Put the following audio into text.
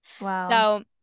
wow